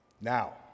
Now